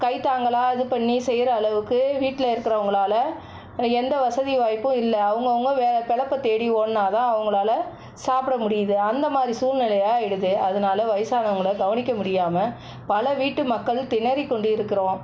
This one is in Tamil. கைத்தாங்கலாக இது பண்ணி செய்கிற அளவுக்கு வீட்டில் இருக்கிறவங்களால எந்த வசதி வாய்ப்பும் இல்லை அவுங்கவங்க வே பிழப்ப தேடி ஓடுனால் தான் அவங்களால சாப்பிட முடியுது அந்த மாதிரி சூழ்நிலை ஆகிடுது அதனால வயதானவங்கள கவனிக்க முடியாமல் பல வீட்டு மக்கள் திணறிக் கொண்டு இருக்கிறோம்